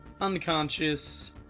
unconscious